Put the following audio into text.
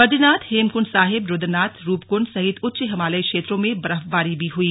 बद्रीनाथ हेमकंड साहिब रुद्रनाथ रूपकुंड सहित उच्च हिमालयी क्षेत्रों में बर्फबारी भी हुई